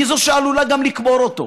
היא שעלולה גם לקבור אותו.